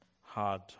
hard